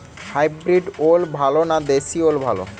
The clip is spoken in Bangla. হাইব্রিড ওল ভালো না দেশী ওল ভাল?